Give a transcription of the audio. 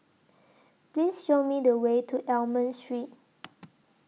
Please Show Me The Way to Almond Street